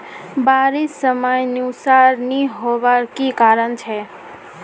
बारिश समयानुसार नी होबार की कारण छे?